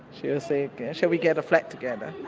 he'll say shall we get a flat together.